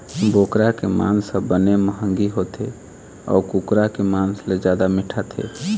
बोकरा के मांस ह बने मंहगी होथे अउ कुकरा के मांस ले जादा मिठाथे